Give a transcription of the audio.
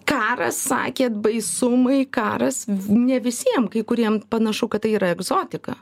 karas sakėt baisumai karas ne visiem kai kuriems panašu kad tai yra egzotika